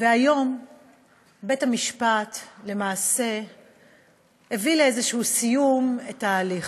והיום בית-המשפט למעשה הביא לאיזשהו סיום את ההליך,